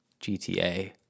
GTA